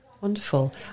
wonderful